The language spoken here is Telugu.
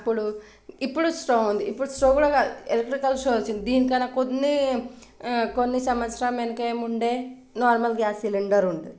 అప్పుడు ఇప్పుడు స్టవ్ ఉంది ఇప్పుడు స్టవ్ కూడా కాదు ఎలక్ట్రికల్ స్టవ్ వచ్చింది దీనికన్నా కొన్ని కొన్ని సంవత్సరం వెనుక ఏముండే నార్మల్ గ్యాస్ సిలిండర్ ఉంది